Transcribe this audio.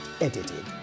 edited